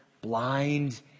blind